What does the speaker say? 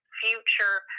future